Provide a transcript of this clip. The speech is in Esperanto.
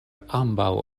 ambaŭ